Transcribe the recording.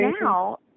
now